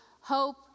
hope